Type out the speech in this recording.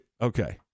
Okay